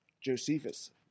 Josephus